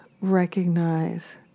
recognize